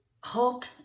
Hulk